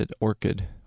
Orchid